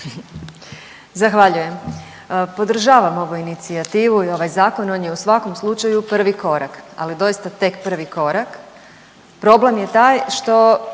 Zahvaljujem. Podržavam ovu inicijativu i ovaj zakon on je u svakom slučaju prvi korak, ali doista tek prvi korak. Problem je taj što